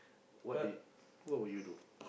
what do what will you do